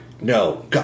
no